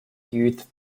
youth